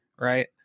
right